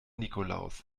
nikolaus